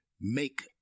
make